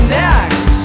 next